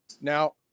Now